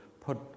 put